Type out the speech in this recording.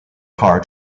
car